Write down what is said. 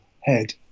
head